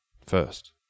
first